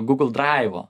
gugl draivu